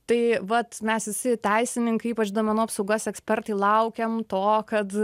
tai vat mes visi teisininkai ypač duomenų apsaugos ekspertai laukiam to kad